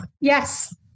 Yes